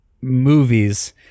movies